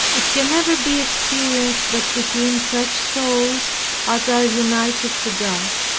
it can never be experienced but between such souls as are united to god.